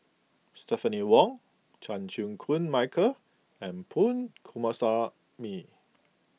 Stephanie Wong Chan Chew Koon Michael and Punch Coomaraswamy